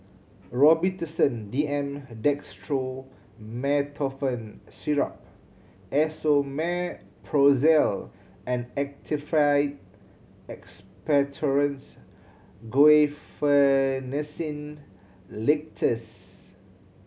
Robitussin D M Dextromethorphan Syrup Esomeprazole and Actified Expectorants Guaiphenesin Linctus